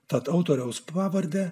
tad autoriaus pavarde